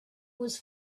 was